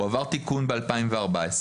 הוא עבר תיקון ב-2014,